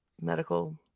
medical